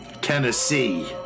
Tennessee